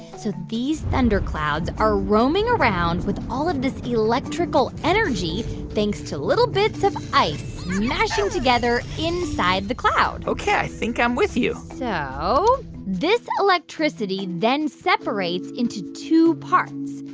so these thunderclouds are roaming around with all of this electrical energy thanks to little bits of ice smashing together inside the cloud ok, i think i'm with you so this electricity then separates into two parts.